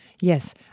yes